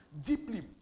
deeply